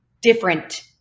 different